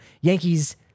Yankees